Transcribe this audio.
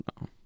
no